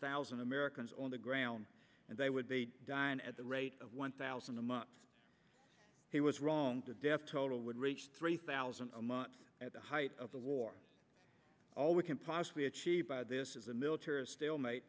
thousand americans on the ground and they would they dine at the rate of one thousand a month he was wrong to death total would reach three thousand a month at the height of the war all we can possibly achieve by this is a military stalemate